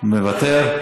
מוותר,